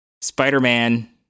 Spider-Man